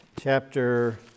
chapter